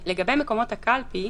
לגבי מקומות הקלפי,